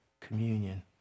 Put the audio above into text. communion